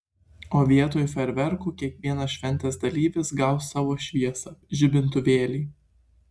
o vietoj fejerverkų kiekvienas šventės dalyvis gaus savo šviesą žibintuvėlį